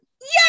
Yes